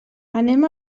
anem